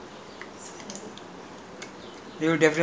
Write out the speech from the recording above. I don't want people ah police come here and all the nonsense I don't want